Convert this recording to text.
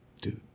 dude